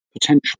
potential